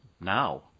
now